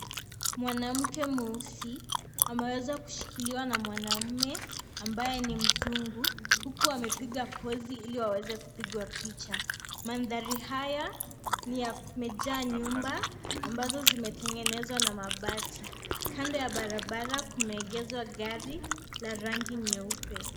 Mwanamke mweusi ameweza kushikiliwa na mwanamume ambaye ni Mzungu huku amepiga pozi ili waweze kupigwa picha. Mandhari haya ni ya kumejaa nyumba ambazo kimetengenezwa na mabati, Kando ya barabara kumeegezwa gari la rangi nyeupe.